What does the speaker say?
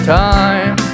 time